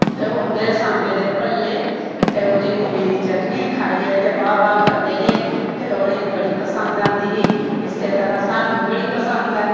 तो होंदे सांबे दे भल्ले ते उह्दी मूली दी चटनी खाईयै ते बाह् बाह् करदे हे ते उनेंई बड़ी पसंद आंदी ही इस्सै तरां स्हानू बी बड़ी पसंद ऐ